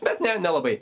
bet ne nelabai